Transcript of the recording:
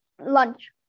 lunch